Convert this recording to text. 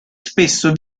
spesso